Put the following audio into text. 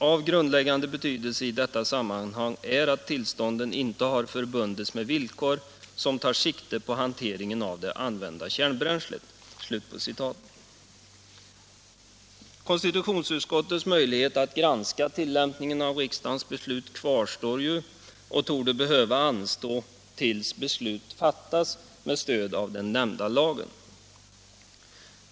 Av grundläggande betydelse i detta sammanhang är att tillstånden inte har förbundits med villkor som tar sikte Konstitutionsutskottets möjlighet att granska tillämpningen av riksdagens beslut kvarstår ju och torde behöva anstå till dess beslut fattats med stöd av den nämnda lagen.